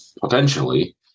potentially